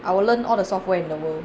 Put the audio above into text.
I will learn all the software in the world